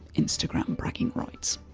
instagram bragging rights.